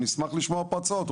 אני אשמח לשמוע פה הצעות.